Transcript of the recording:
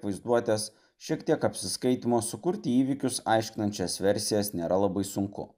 vaizduotės šiek tiek apsiskaitymo sukurti įvykius aiškinančias versijas nėra labai sunku